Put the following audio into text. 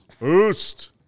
Boost